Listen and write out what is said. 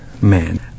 man